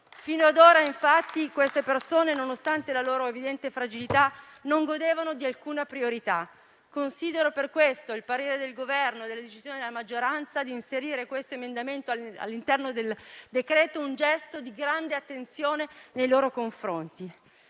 Fino ad ora, infatti, queste persone, nonostante la loro evidente fragilità, non godevano di alcuna priorità. Considero per questo il parere del Governo e la decisione della maggioranza di inserire questo emendamento all'interno del decreto un gesto di grande attenzione nei loro confronti.